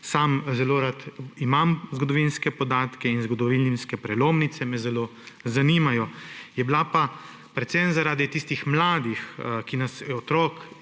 sam zelo rad imam zgodovinske podatke in zgodovinske prelomnice me zelo zanimajo. Je pa bila pa predvsem zaradi tistih mladih, otrok